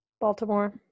baltimore